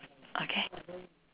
okay